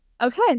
Okay